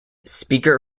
speaker